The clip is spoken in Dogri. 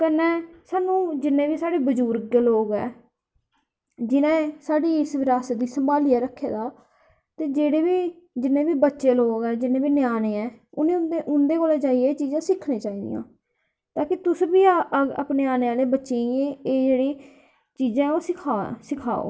कन्नै सानूं साढ़े जिन्ने बी बजुरग लोग ऐ जिनें साढ़ी इस विरासत गी सम्हालियै रक्खे दा ऐ ते जेह्ड़े जिन्ने बी बच्चे लोग ऐ ञ्यानें ऐ इनेंगी इंदे कोला जाइयै एह् चीज़ां सिक्खना चाही दियां ताकी तुस बी अपने आने आह्लें बच्चें गी एह् जेह्ड़ी एह् चीज़ां ओह् सिक्खाओ